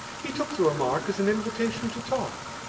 he took the remark as an invitation to talk.